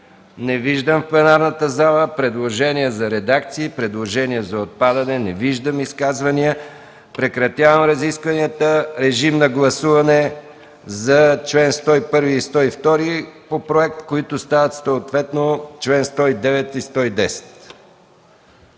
не виждам в пленарната зала предложения за редакции, предложения за отпадане, не виждам изказвания. Моля, режим на гласуване за чл. 101 и чл. 102 по проект, които стават съответно чл. 109 и чл.